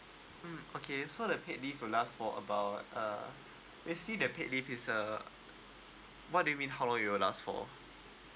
mm okay so the paid leave will last for about uh basically the paid leave is uh what do you mean how long it will last for